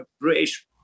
British